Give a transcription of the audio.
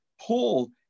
Paul